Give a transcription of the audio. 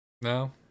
No